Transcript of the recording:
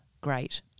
great